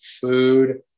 food